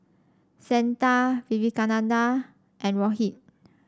Santha Vivekananda and Rohit